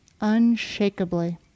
unshakably